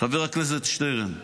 חבר הכנסת שטרן: